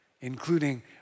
including